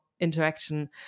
interaction